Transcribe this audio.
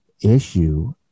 issue